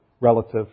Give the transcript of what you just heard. relative